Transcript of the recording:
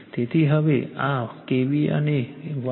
તેથી હવે આ KVA અને 123